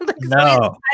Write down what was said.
No